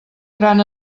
gran